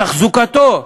תחזוקתו,